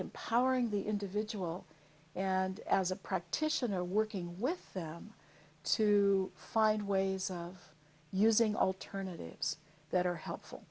empowering the individual and as a practitioner working with them to find ways of using alternatives that are helpful